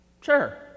sure